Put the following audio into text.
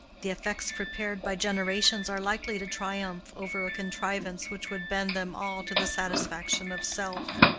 the effects prepared by generations are likely to triumph over a contrivance which would bend them all to the satisfaction of self.